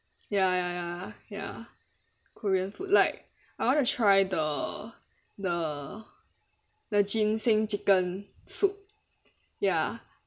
ya ya ya ya korean food like I want to try the the the ginseng chicken soup ya